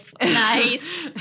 nice